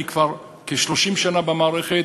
אני כבר כ-30 שנה במערכת,